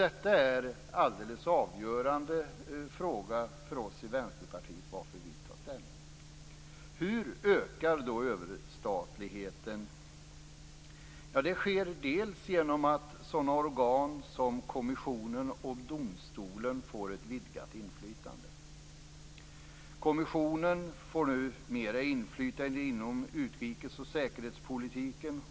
Detta är en alldeles avgörande fråga för oss i Vänsterpartiet när vi tar ställning. Hur ökar då överstatligheten? Det sker bl.a. genom att sådana organ som kommissionen och domstolen får ett vidgat inflytande. Kommissionen får nu mer inflytande inom utrikes och säkerhetspolitiken.